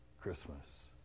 Christmas